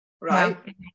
right